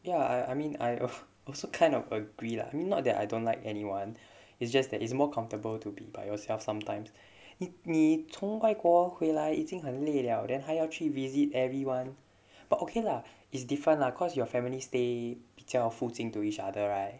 ya I I mean I also kind of agree lah I mean not that I don't like anyone it's just that it's more comfortable to be by yourself sometimes 你从外国回来已经很累了 then 还要去 visit everyone but okay lah it's different lah cause your family stay 比较附近 to each other right